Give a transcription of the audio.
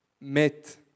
met